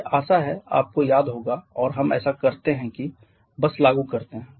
मुझे आशा है आपको याद होगा और हम ऐसा करते हैं कि बस लागू करते हैं